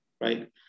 right